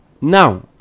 now